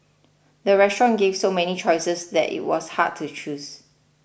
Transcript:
the restaurant gave so many choices that it was hard to choose